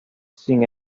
sin